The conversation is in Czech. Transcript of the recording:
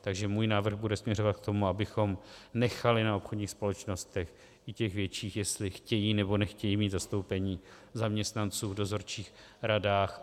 Takže můj návrh bude směřovat k tomu, abychom nechali na obchodních společnostech, i těch větších, jestli chtějí, nebo nechtějí mít zastoupení zaměstnanců v dozorčích radách.